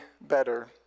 better